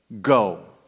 go